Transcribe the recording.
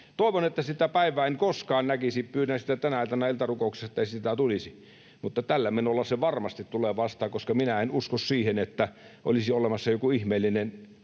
Toivon, että sitä päivää en koskaan näkisi, ja pyydän tänä iltana iltarukouksessa, ettei sitä tulisi, mutta tällä menolla se varmasti tulee vastaan, koska minä en usko siihen, että olisi olemassa joku ihmeellinen